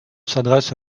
s’adresse